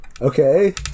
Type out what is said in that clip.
Okay